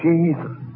Jesus